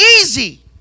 easy